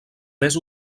més